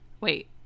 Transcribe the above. Wait